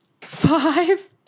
five